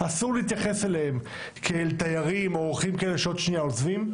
אסור להתייחס אליהם כאל תיירים או אורחים כאלה שעוד שנייה עוזבים,